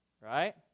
right